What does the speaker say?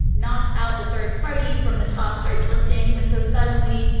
knocks out the third party from the top search listings. and so suddenly,